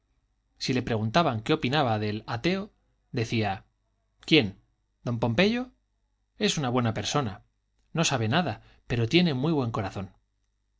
si le preguntaban qué opinaba del ateo decía quién don pompeyo es una buena persona no sabe nada pero tiene muy buen corazón